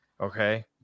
Okay